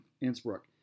Innsbruck